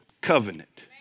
covenant